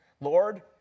Lord